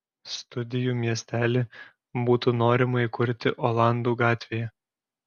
studijų miestelį būtų norima įkurti olandų gatvėje